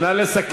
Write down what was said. נא לסכם.